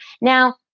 Now